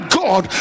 god